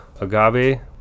agave